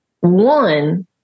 one